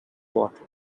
quarter